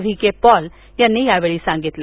V K Paul यांनी यावेळी सांगितलं